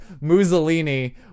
Mussolini